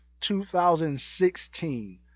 2016